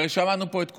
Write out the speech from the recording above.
הרי שמענו פה את כולם,